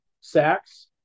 sacks